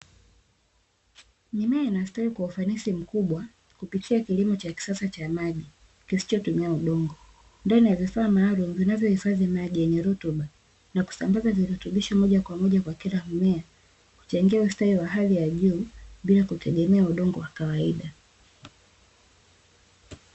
Mimea inastawi kuwa ufanisi mkubwa kupitia kilimo cha kisasa cha maji kisichotumia udongo, ndani ya vifaa maalumu vinavyohifadhi maji yenye rutuba, na kusambaza virutubisho moja kwa moja kwa kila mmea, kuchangia ustawi wa hali ya juu bila kutegemea udongo wa kawaida.